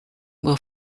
will